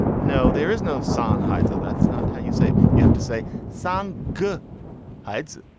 no, there is no sann hides. that's not how you say you have to say some good hides,